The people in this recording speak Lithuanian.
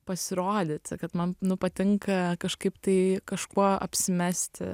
pasirodyti kad man nu patinka kažkaip tai kažkuo apsimesti